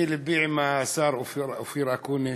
לבי עם השר אופיר אקוניס,